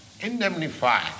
indemnify